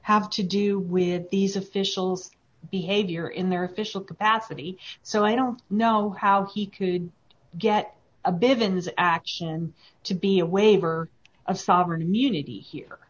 have to do with these officials behavior in their official capacity so i don't know how he could get a bit of ins action to be a waiver of sovereign immunity here